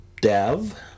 Dev